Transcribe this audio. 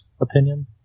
opinion